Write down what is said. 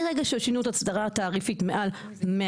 מהרגע ששינו את האסדרה התעריפית מעל 100